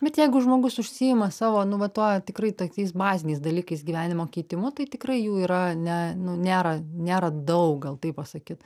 bet jeigu žmogus užsiima savo nu va tuo tikrai tokiais baziniais dalykais gyvenimo keitimu tai tikrai jų yra ne nu nėra nėra daug gal taip pasakyt